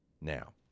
Now